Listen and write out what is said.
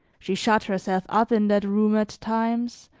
she shut herself up in that room at times,